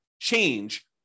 change